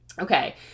Okay